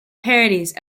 parodies